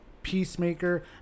Peacemaker